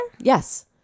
Yes